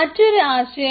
മറ്റൊരു ആശയം